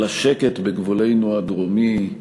על השקט בגבולנו הדרומי,